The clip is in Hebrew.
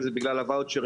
אם זה בגלל הוואוצ'רים,